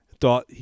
thought